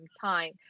time